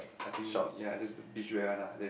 I think yea just the beach wear one lah then